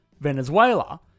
Venezuela